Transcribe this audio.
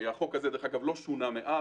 דרך אגב, החוק זה לא שונה מאז,